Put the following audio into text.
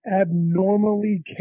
abnormally